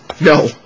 No